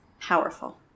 powerful